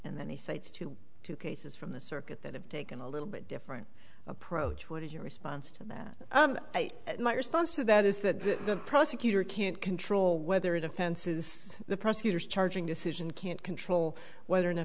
and then they say to two cases from the circuit that have taken a little bit different approach what is your response to that my response to that is that the prosecutor can't control whether it offenses the prosecutor's charging decision can't control whether an